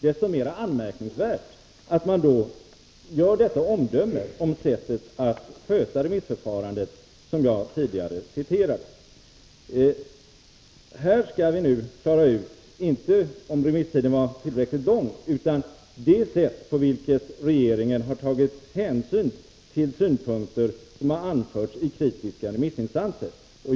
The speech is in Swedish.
Desto mera anmärkningsvärt är att lagrådet lämnar det omdöme som jag tidigare citerade om sättet att sköta remissförfarandet. Det vi nu skall klargöra är alltså inte om remisstiden var tillräckligt lång, utan det sätt på vilket regeringen har tagit hänsyn till synpunkter som har anförts av kritiska remissinstanser.